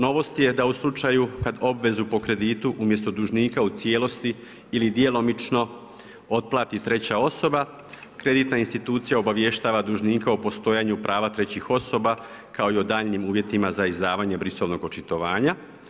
Novost je da u slučaju kada obvezu po kreditu umjesto dužnika u cijelosti ili djelomično otplati treća osoba, kreditna institucija obavještava dužnika o postojanju prava trećih osoba kao i o daljnjim uvjetima za izdavanje brisovnog očitovanja.